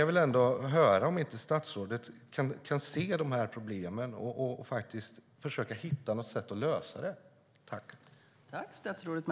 Jag vill ändå höra om inte statsrådet kan se dessa problem och försöka hitta ett sätt att lösa dem.